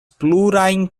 plurajn